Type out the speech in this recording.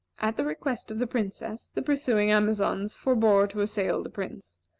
at the request of the princess, the pursuing amazons forbore to assail the prince,